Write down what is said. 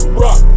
rock